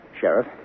Sheriff